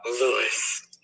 Lewis